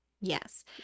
Yes